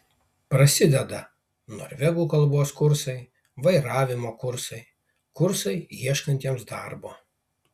prasideda norvegų kalbos kursai vairavimo kursai kursai ieškantiems darbo